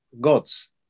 gods